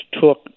took